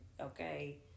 okay